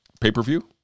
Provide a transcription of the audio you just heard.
Pay-per-view